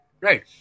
right